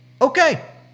okay